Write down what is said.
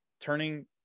turning